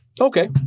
Okay